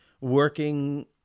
working